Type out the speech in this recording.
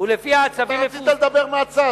אתה רצית לדבר מהצד.